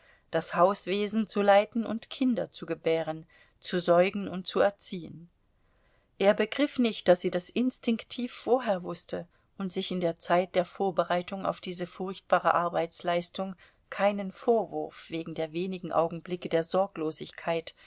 das hauswesen zu leiten und kinder zu gebären zu säugen und zu erziehen er begriff nicht daß sie das instinktiv vorher wußte und sich in der zeit der vorbereitung auf diese furchtbare arbeitsleistung keinen vorwurf wegen der wenigen augenblicke der sorglosigkeit